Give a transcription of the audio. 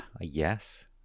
Yes